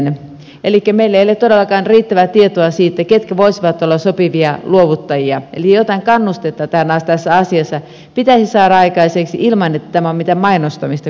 elikkä meillä ei ole todellakaan riittävää tietoa siitä ketkä voisivat olla sopivia luovuttajia eli jotain kannustetta tässä asiassa pitäisi saada aikaiseksi ilman että tämä on mitään mainostamista kuitenkaan